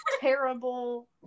terrible